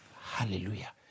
Hallelujah